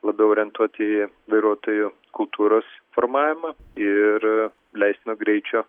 labiau orientuoti į vairuotojų kultūros formavimą ir leistino greičio